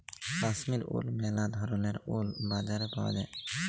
কাশ্মীর উল ম্যালা ধরলের উল বাজারে পাউয়া যায়